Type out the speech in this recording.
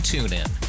TuneIn